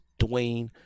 Dwayne